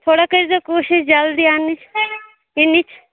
تھوڑا کٔرۍزیٚو کوٗشِش جلدی اَننٕچ یِنٕچ